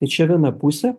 tai čia viena pusė